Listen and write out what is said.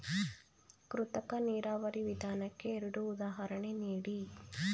ಕೃತಕ ನೀರಾವರಿ ವಿಧಾನಕ್ಕೆ ಎರಡು ಉದಾಹರಣೆ ನೀಡಿ?